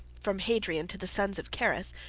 from hadrian to the sons of carus,